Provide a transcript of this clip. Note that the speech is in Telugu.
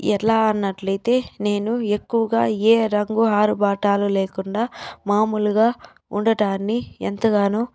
ఎలా అన్నట్లయితే నేను ఎక్కువగా ఏ రంగు ఆరు బాటలు లేకుండా మామూలుగా ఉండటాన్ని ఎంతగానో